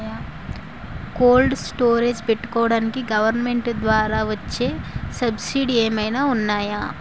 Cold storage పెట్టుకోడానికి government ద్వారా వచ్చే సబ్సిడీ ఏమైనా ఉన్నాయా?